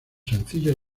sencillos